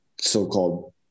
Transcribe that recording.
so-called